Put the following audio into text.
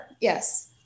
yes